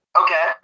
Okay